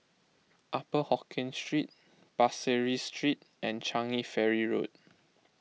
Upper Hokkien Street Pasir Ris Street and Changi Ferry Road